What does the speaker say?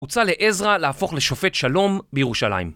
הוצע לעזרא להפוך לשופט שלום בירושלים